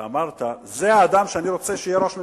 ואמרת: זה האדם שאני רוצה שיהיה ראש ממשלה.